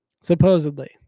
Supposedly